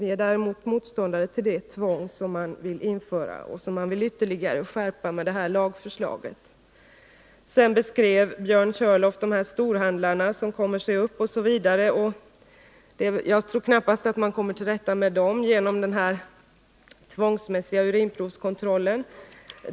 Vi är däremot motståndare till det tvång som man med det här lagförslaget vill införa och ytterligare skärpa. Sedan beskrev Björn Körlof de storhandlare på narkotikamarknaden som kommer sig upp osv. Jag tror knappast att man kommer åt dem genom den tvångsmässiga urinprovskontrollen.